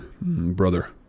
brother